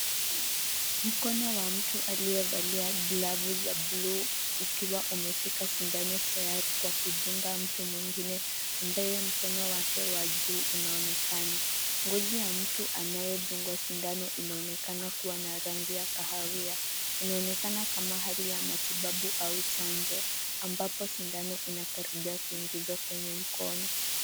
Mkono wa mtu aliyevalia glavu za bluu ukiwa umeshika sindano tayari kwa kudunga mtu mwingine ambaye mkono wake wa juu unaonekana. Ngozi ya mtu anayedungwa sindano inaonekana kuwa na rangi ya kahawia. Inaonekana kama hali ya matibabu au chanjo. Ambapo sindano inakaribia kuingizwa kwenye mkono.